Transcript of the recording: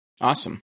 awesome